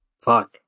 Fuck